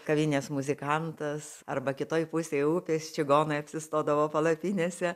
kavinės muzikantas arba kitoj pusėj upės čigonai apsistodavo palapinėse